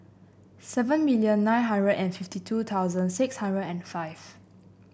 seven million nine hundred and fifty two thousand six hundred and five